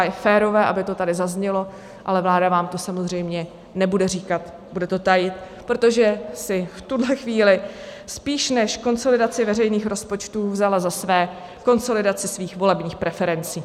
Je férové, aby to tady zaznělo, ale vláda vám to samozřejmě nebude říkat, bude to tajit, protože si v tuhle chvíli spíš než konsolidaci veřejných rozpočtů vzala za své konsolidaci svých volebních preferencí.